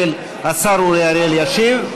בסוף השר אורי אריאל ישיב,